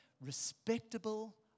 respectable